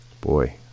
boy